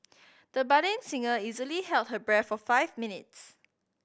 the budding singer easily held her breath for five minutes